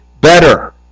better